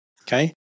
Okay